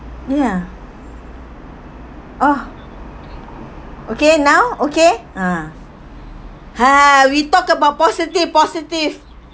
ya orh okay now okay uh ha we talk about positive positive